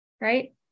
right